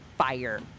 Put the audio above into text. Fire